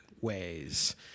ways